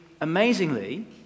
amazingly